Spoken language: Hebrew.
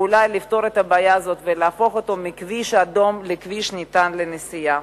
ואולי לפתור את הבעיה הזאת ולהפוך אותו מכביש אדום לכביש ניתן לנסיעה.